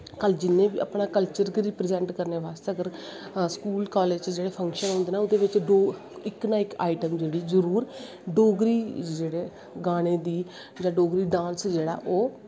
कल अपने कल्चर गी रिप्रजैंट करने आस्तै अगर स्कूल कालेज़ च जेह्ड़े फंक्शन होंदे नै ओह्दे च डोगरी इक ना इक आईटम जेह्ड़ी जरूर डोगरी जेह्ड़े गानें दी डोगरी जेह्ड़े डांस ओह्